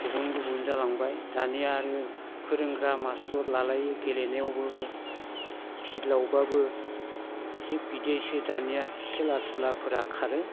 गुबुन गुबुन जालांबाय दानिया आरो फोरोंग्रा मास्टार लालायो गेलेनायावबाबो फिल्डावबाबो थिक बिदिसो दानिया खेला धुलाफोरा खारो